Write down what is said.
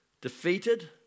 defeated